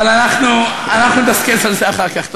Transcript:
אבל אנחנו נדסקס על זה אחר כך.